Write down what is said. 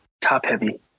top-heavy